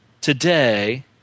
today